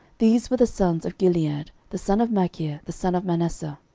these were the sons of gilead, the son of machir, the son of manasseh.